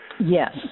Yes